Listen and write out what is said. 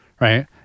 Right